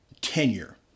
tenure